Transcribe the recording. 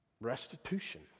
restitution